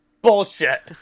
Bullshit